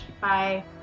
bye